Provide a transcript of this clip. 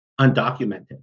undocumented